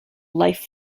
life